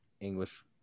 English